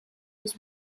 was